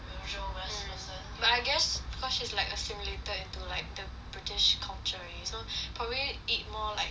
mm but I guess cause she's like assimilated into like the british culture already so probably eat more like bread